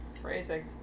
Phrasing